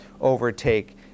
overtake